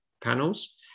panels